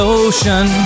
ocean